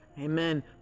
Amen